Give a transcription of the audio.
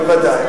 בוודאי.